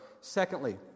Secondly